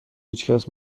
هیچکس